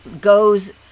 goes